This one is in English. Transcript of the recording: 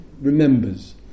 remembers